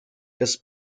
des